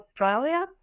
Australia